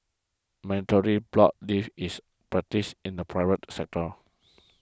mandatory block leave is practised in the private sector